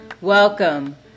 welcome